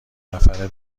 نفره